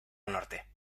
norte